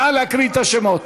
נא להקריא את השמות.